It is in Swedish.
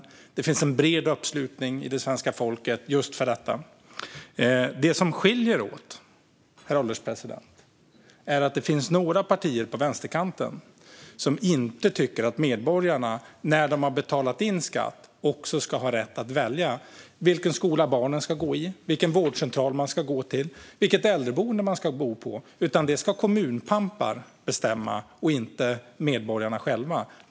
Och det finns en bred uppslutning hos svenska folket bakom just detta. Det som skiljer oss åt är att några partier på vänsterkanten inte tycker att medborgarna, när de har betalat in skatt, också ska ha rätt att välja vilken skola barnen ska gå i, vilken vårdcentral man ska gå till eller vilket äldreboende man ska bo på. Det ska kommunpampar bestämma och inte medborgarna själva.